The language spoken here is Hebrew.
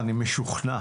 אני משוכנע,